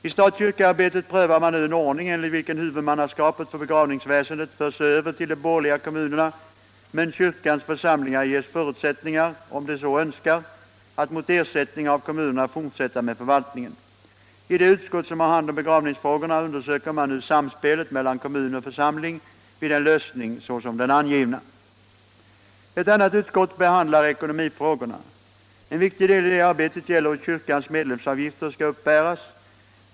I stat-kyrka-arbetet prövar man nu en ordning enligt vilken huvudmannaskapet för begravningsväsendet förs över till de borgerliga kommunerna, men kyrkans församlingar ges förutsättningar - om de så önskar — att mot ersättning av kommunerna fortsätta med förvaltningen. I det utskott som har hand om begravningsfrågorna undersöker man nu samspelet mellan kommun och församling vid en lösning såsom den angivna. Ett annat utskott behandlar ekonomifrågorna. En viktig del i det arbetet gäller hur kyrkans medlemsavgifter skall uppbäras.